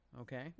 Okay